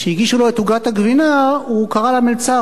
כשהגישו לו את עוגת הגבינה הוא קרא למלצר